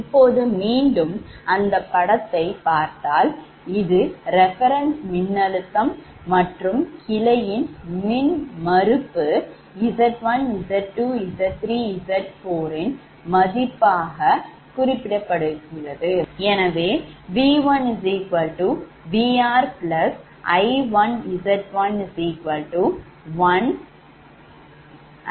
இப்போது மீண்டும் அந்தப் படத்தை பார்த்தால் இது reference மின்னழுத்தம் மற்றும் கிளையின் மின்மறுப்பு Z1𝑍2𝑍3𝑍4 இன் மதிப்பு குறிப்பிடப்பட்டுள்ளது